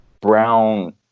brown